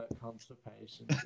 constipation